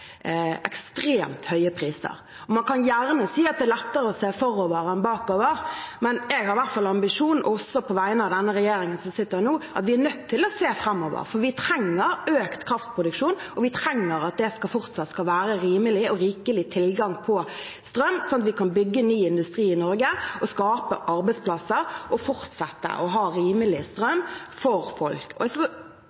ekstremt høye priser. Man kan gjerne si at det er lettere å se forover enn bakover, men jeg har i hvert fall den ambisjonen, også på vegne av den regjeringen som sitter nå, at vi er nødt til å se framover, for vi trenger økt kraftproduksjon, og vi trenger at det fortsatt skal være rimelig og rikelig tilgang på strøm, sånn at vi kan bygge ny industri i Norge og skape arbeidsplasser, og fortsette å ha